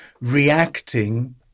reacting